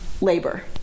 labor